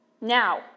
Now